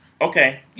okay